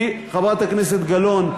כי, חברת הכנסת גלאון,